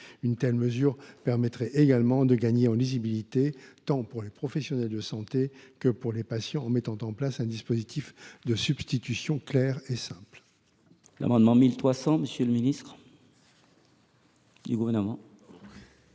Une telle mesure permettrait également de gagner en lisibilité tant pour les professionnels de santé que pour les patients, en mettant en place un dispositif de substitution clair et simple. L’amendement n° 1300 rectifié, présenté par le Gouvernement,